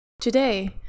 Today